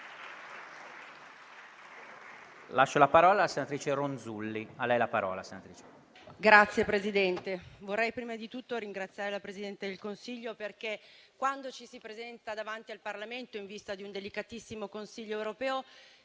Signor Presidente, vorrei prima di tutto ringraziare la Presidente del Consiglio perché quando ci si presenta davanti al Parlamento in vista di un delicatissimo Consiglio europeo,